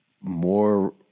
more